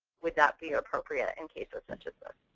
would that be ah appropriate in cases such as this?